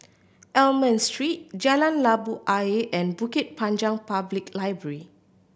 Almond Street Jalan Labu Ayer and Bukit Panjang Public Library